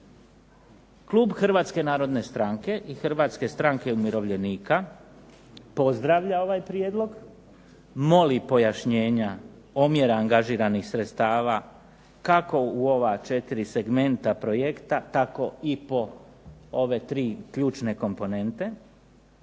Klub Hrvatske narodne stranke i Hrvatske stranke umirovljenika pozdravlja ovaj prijedlog, moli pojašnjenja omjera angažiranih sredstava kako u ova četiri segmenta projekta tako i po ove tri ključne komponente.